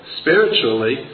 spiritually